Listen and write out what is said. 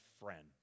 friend